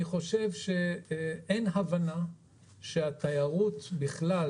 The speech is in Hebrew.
אני חושב שאין הבנה שהתיירות בכלל